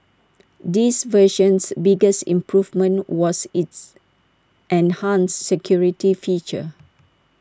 this version's biggest improvement was its enhanced security feature